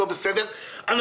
אנחנו